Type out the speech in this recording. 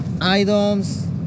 items